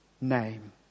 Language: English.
name